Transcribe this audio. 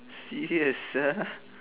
serious ah